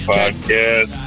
Podcast